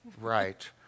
Right